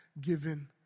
given